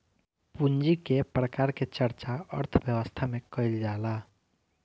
पूंजी के प्रकार के चर्चा अर्थव्यवस्था में कईल जाला